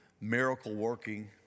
miracle-working